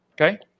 okay